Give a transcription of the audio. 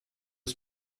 aux